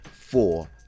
four